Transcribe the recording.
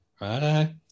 Right